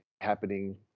happening